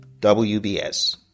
WBS